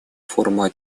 форума